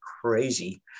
crazy